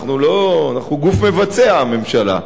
אנחנו גוף מבצע, הממשלה.